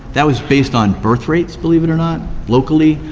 that was based on birth rates, believe it or not, locally.